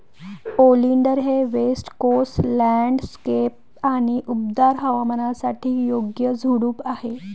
oleander हे west coast landscape आणि उबदार हवामानासाठी योग्य झुडूप आहे